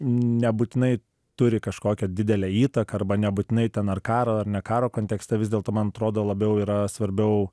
nebūtinai turi kažkokią didelę įtaką arba nebūtinai ten ar karo ar ne karo kontekste vis dėlto man atrodo labiau yra svarbiau